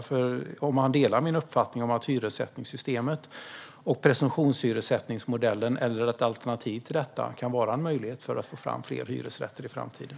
Delar han min uppfattning om att hyressättningssystemet och presumtionshyressättningsmodellen, eller ett alternativ till detta, kan vara en möjlighet för att få fram fler hyresrätter i framtiden?